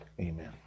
Amen